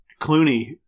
Clooney